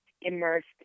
immersed